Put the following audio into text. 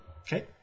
Okay